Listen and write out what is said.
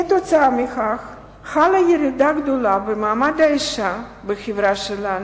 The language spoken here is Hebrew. כתוצאה מכך חלה ירידה גדולה במעמד האשה בחברה שלנו,